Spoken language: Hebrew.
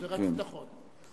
נכון.